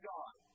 God